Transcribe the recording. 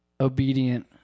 obedient